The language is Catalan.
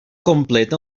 complet